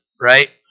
right